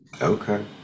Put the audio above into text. okay